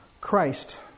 Christ